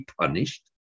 punished